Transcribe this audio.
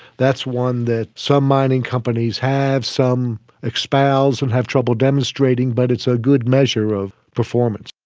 that's one that some mining companies have, some espouse and have trouble demonstrating, but it's a good measure of performance.